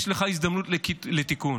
יש לך הזדמנות לתיקון.